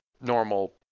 normal